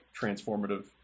transformative